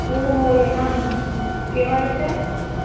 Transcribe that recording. हो हो येणार ना केव्हा यायचं आहे